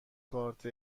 کارت